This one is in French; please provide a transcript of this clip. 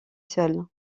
seule